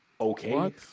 Okay